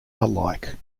alike